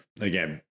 again